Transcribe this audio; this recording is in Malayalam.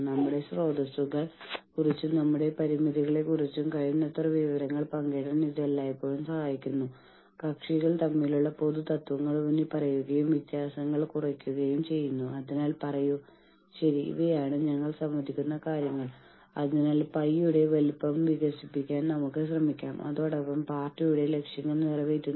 അതിനാൽ ജോലി നഷ്ടപ്പെടുമെന്ന് ആളുകൾക്ക് തോന്നുന്നില്ല അവർ ഭയപ്പെടേണ്ടതില്ല ഒരു യഥാർത്ഥ അടിയന്തര സാഹചര്യമുണ്ടായാൽ അവർക്ക് കുറച്ച് ദിവസത്തേക്ക് അല്ലെങ്കിൽ ഒരുപക്ഷേ ഒരുപാട് നാളത്തേക്ക് ജോലിക്ക് വരാൻ കഴിയുന്നില്ല നമ്മൾ അത് നയ ചട്ടക്കൂടിലേക്ക് നിർമ്മിക്കുന്നു